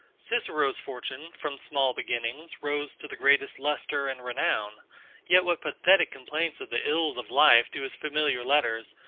cicero's fortune, from small beginnings, rose to the greatest lustre and renown yet what pathetic complaints of the ills of life do his familiar letters,